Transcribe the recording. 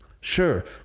Sure